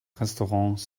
restaurants